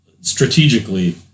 strategically